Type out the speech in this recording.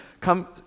come